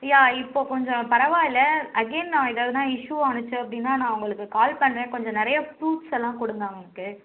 யா இப்போது கொஞ்சம் பரவாயில்ல அகைன் நான் ஏதாவுதுனா இஷ்யூ ஆனுச்சு அப்படின்னா நான் உங்களுக்கு கால் பண்ணுறேன் கொஞ்சம் நிறையா ஃப்ரூட்ஸ் எல்லாம் கொடுங்க அவர்களுக்கு